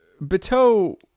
Bateau